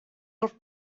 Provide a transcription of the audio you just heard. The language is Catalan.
del